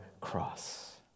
cross